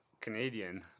Canadian